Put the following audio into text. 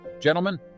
Gentlemen